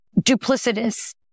duplicitous